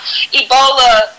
Ebola